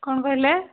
କ'ଣ କହିଲେ